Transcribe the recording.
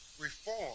reform